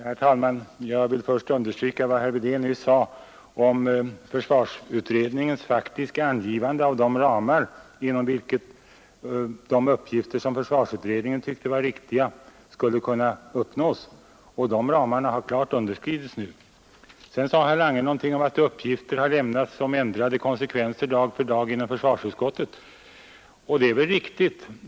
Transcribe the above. Herr talman! Jag vill först understryka vad herr Wedén nyss sade om försvarsutredningens faktiska angivande av de ramar inom vilka de uppgifter som utredningen tyckte var riktiga skulle kunna fullgöras. De ramarna har underskridits nu. Så sade herr Lange någonting om att uppgifter har lämnats om ändrade konsekvenser dag för dag inom försvarsutskottet. Det är väl riktigt.